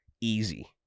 easy